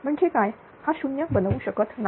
म्हणजे काय हा 0 बनवू शकत नाही